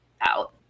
out